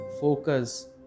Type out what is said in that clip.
focus